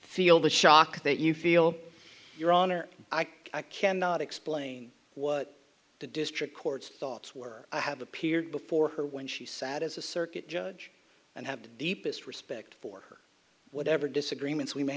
feel the shock that you feel your honor i cannot explain what the district court's thoughts were i have appeared before her when she sat as a circuit judge and have the deepest respect for whatever disagreements we may